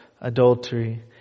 adultery